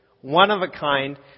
one-of-a-kind